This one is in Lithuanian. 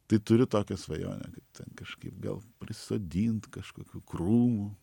tai turiu tokią svajonę kažkaip gal prisodint kažkokių krūmų